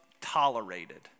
tolerated